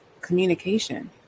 communication